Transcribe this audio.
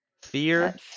fear